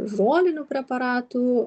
žolinių preparatų